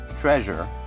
treasure